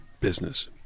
business